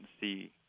see